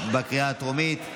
בקריאה הטרומית.